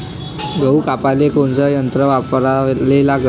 गहू कापाले कोनचं यंत्र वापराले लागन?